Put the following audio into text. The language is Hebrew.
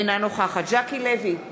אינה נוכחת ז'קי לוי,